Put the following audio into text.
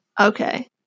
okay